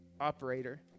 operator